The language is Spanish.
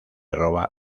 roba